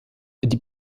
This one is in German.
die